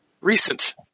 recent